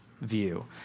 view